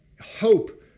hope